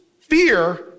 fear